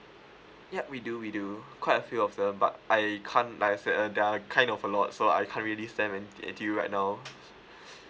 yup we do we do quite a few of them but I can't like I said uh there are kind of a lot so I can't really answer to you right now